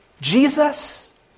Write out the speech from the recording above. Jesus